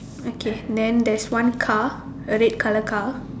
okay then there's one car a red colour car